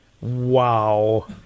Wow